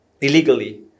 illegally